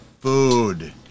food